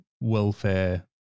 welfare